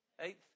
Eighth